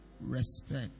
respect